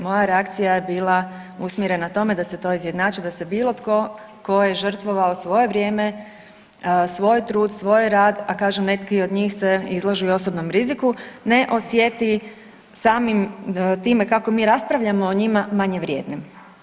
Moja reakcija je bila usmjerena tome da se to izjednači, da se bilo tko tko je žrtvovao svoje vrijeme, svoj trud, svoj rad, a kažem neki od njih se izlažu i osobnom riziku ne osjeti samim time kako mi raspravljamo o njima manje vrijednim.